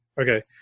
Okay